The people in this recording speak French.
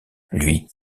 lui